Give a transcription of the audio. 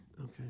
Okay